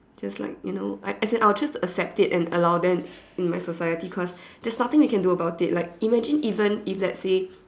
just like you know as I'll choose to accept it and allow them in my society because there's nothing they can do about it like imagine even if let's say